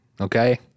okay